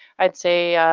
i'd say,